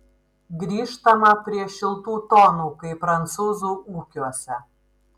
grįžtama prie šiltų tonų kai prancūzų ūkiuose